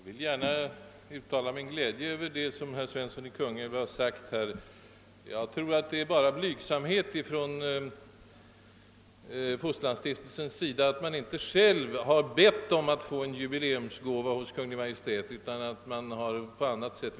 Herr talman! Jag vill gärna uttala min glädje över vad herr Svensson i Kungälv sade. Jag tror att det bara är blygsamhet av Evangeliska fosterlandsstiftelsen att den inte själv bett Kungl. Maj:t att få en jubileumsgåva utan har velat aktualisera saken på annat sätt.